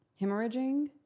hemorrhaging